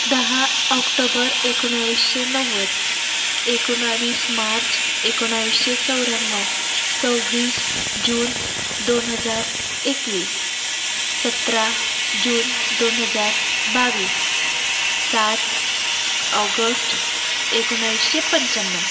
दहा ऑक्टोबर एकोणावीसशे नव्वद एकोणावीस मार्च एकोणावीसशे चौऱ्याण्णव सव्वीस जून दोन हजार एकवीस सतरा जून दोन हजार बावीस सात ऑगस्ट एकोणावीसशे पंच्याण्णव